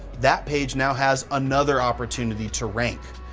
that page now has another opportunity to rank.